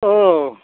औ